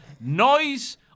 Noise